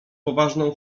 poważną